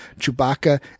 Chewbacca